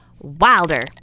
wilder